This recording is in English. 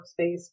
workspace